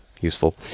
useful